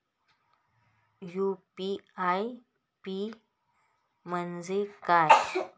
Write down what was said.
UPI PIN म्हणजे काय?